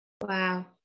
wow